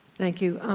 thank you,